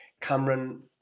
Cameron